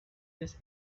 this